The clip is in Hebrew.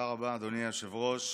תודה רבה, אדוני היושב-ראש.